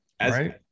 right